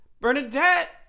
Bernadette